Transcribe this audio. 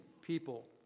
people